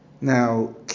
Now